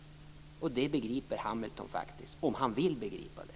Det begriper faktiskt Hamilton om han vill begripa det.